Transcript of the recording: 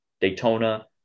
Daytona